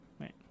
right